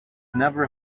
never